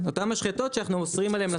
אותן משחטות שאנחנו אוסרים עליהן ל